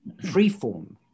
freeform